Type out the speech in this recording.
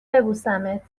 ببوسمت